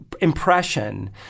impression